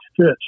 fish